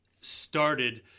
started